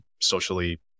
socially